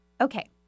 Okay